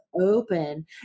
open